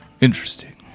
Interesting